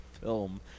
film